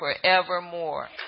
forevermore